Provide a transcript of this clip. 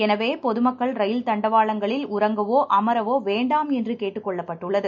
எனவே பொதமக்கள் ரயில் தண்டவாளங்களில் உறங்கவோ அமரவோ வேண்டாம் என்று கேட்டுக் கொண்டுள்ளது